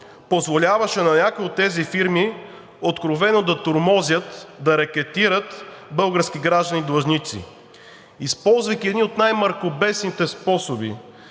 позволяваше на някои от тези фирми откровено да тормозят, да рекетират български граждани длъжници, използвайки едни от най-мракобесните способи